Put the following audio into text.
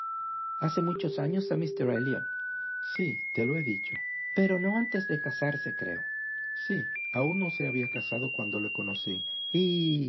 hace muchos años a míster elliot sí te lo he dicho pero no antes de casarse creo sí aun no se había casado cuando le conocí y